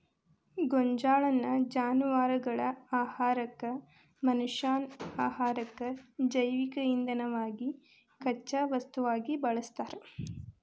ಗೋಂಜಾಳನ್ನ ಜಾನವಾರಗಳ ಆಹಾರಕ್ಕ, ಮನಷ್ಯಾನ ಆಹಾರಕ್ಕ, ಜೈವಿಕ ಇಂಧನವಾಗಿ ಕಚ್ಚಾ ವಸ್ತುವಾಗಿ ಬಳಸ್ತಾರ